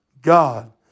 God